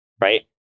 right